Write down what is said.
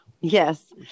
Yes